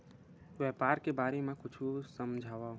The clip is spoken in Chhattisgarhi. व्यापार के बारे म कुछु समझाव?